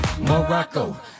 Morocco